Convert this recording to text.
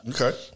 Okay